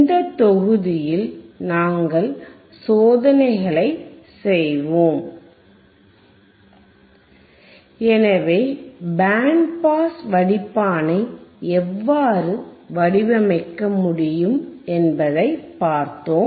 இந்த தொகுதியில் நாங்கள் சோதனைகளைச் செய்வோம் எனவே பேண்ட் பாஸ் வடிப்பானை எவ்வாறு வடிவமைக்க முடியும் என்பதைப் பார்த்தோம்